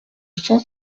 cent